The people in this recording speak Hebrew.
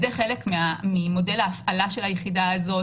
זה חלק ממודל ההפעלה של היחידה הזאת